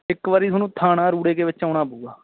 ਇੱਕ ਵਾਰ ਤੁਹਾਨੂੰ ਥਾਣਾ ਰੂੜੇਕੇ ਵਿੱਚ ਆਉਣਾ ਪਊਗਾ